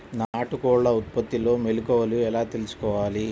నాటుకోళ్ల ఉత్పత్తిలో మెలుకువలు ఎలా తెలుసుకోవాలి?